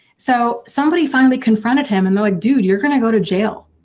so somebody finally confronted him and they're like, dude you're gonna go to jail,